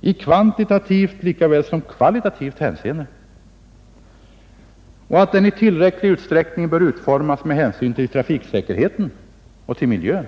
i kvantitativt eller i kvalitativt hänseende och att den i tillräcklig utsträckning bör utformas med hänsyn till trafiksäkerheten och till miljön.